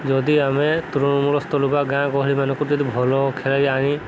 ଯଦି ଆମେ ତୃଣ ମୂଳ ସ୍ଥଳ ବା ଗାଁ ଗହଳିମାନଙ୍କୁ ଯଦି ଭଲ ଖେଳାଳି ଆଣି